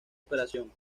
operación